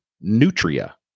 Nutria